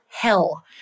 hell